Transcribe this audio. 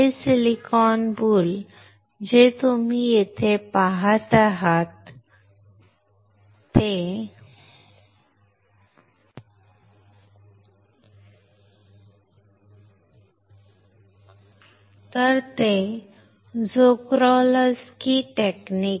हे silicon boule जे तुम्ही येथे पहात आहात ते झोक्राल्स्की टेक्निक